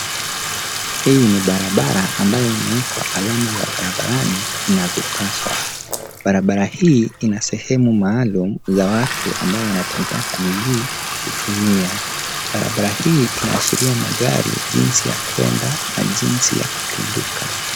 Hii ni barabara ambayo imewekwa alama za barabarani inavyopaswa. Barabara hii ina sehemu maalum za watu ambao wanatembea kwa miguu hutumia. Barabara hii inaashiria magari jinsi ya kuenda na jinsi ya kupinduka.